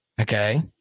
Okay